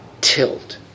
tilt